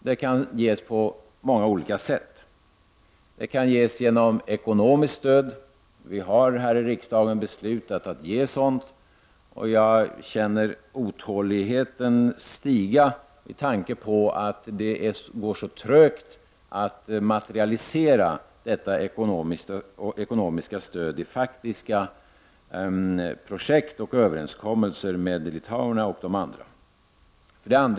Det kan ges på många olika sätt. Det kan ges i form av ekonomiskt stöd. Vi har här i riksdagen beslutat att ge ett sådant, och jag känner otåligheten stiga med tanke på att det går så trögt att materialisera detta ekonomiska stöd i faktiska projekt och överenskommelser med litauerna och de andra baltiska folken.